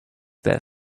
this